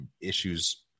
issues